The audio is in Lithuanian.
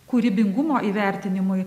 kūrybingumo įvertinimui